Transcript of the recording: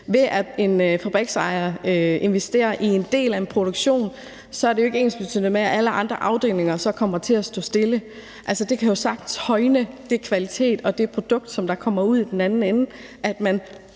Det, at en fabriksejer investerer i en del af en produktion, er jo ikke ensbetydende med, at alle andre afdelinger så kommer til at stå stille, og det kan jo sagtens højne den kvalitet og det produkt, der kommer ud af det i den anden